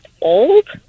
old